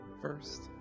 first